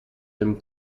him